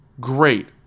great